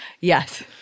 Yes